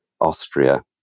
Austria